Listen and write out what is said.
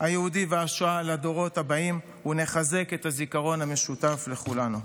היהודי והשואה לדורות הבאים ונחזק את הזיכרון המשותף לכולנו.